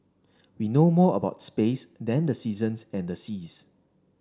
we know more about space than the seasons and the seas